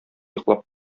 йоклап